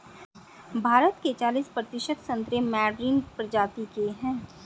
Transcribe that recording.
भारत के चालिस प्रतिशत संतरे मैडरीन प्रजाति के हैं